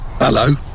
Hello